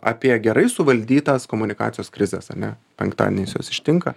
apie gerai suvaldytas komunikacijos krizes ar ne penktadieniais jos ištinka